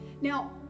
Now